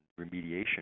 remediation